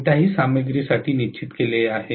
Bmax कोणत्याही सामग्रीसाठी निश्चित केले आहे